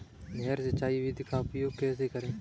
नहर सिंचाई विधि का उपयोग कैसे करें?